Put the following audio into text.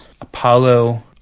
Apollo